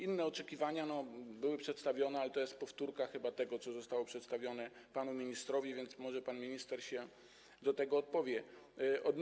Inne oczekiwania były przedstawione, ale to jest chyba powtórka tego, co zostało przedstawione panu ministrowi, więc może pan minister się do tego odniesie.